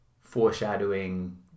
foreshadowing